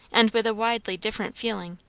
and with a widely different feeling,